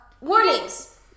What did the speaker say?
Warnings